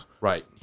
Right